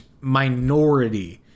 minority